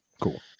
cool